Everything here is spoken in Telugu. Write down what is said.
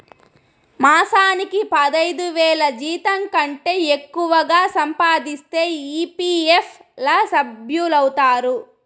మాసానికి పదైదువేల జీతంకంటే ఎక్కువగా సంపాదిస్తే ఈ.పీ.ఎఫ్ ల సభ్యులౌతారు